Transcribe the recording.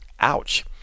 Ouch